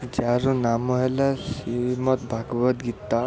ଯାହାର ନାମ ହେଲା ଶ୍ରୀମଦ ଭାଗବତ ଗୀତା